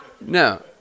No